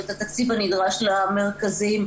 את התקציב הנדרש למרכזים,